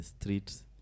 streets